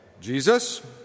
Jesus